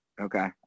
Okay